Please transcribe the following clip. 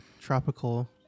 tropical